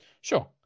Sure